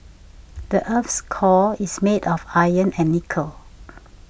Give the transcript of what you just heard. the earth's core is made of iron and nickel